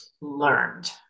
learned